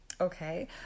okay